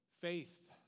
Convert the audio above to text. Faith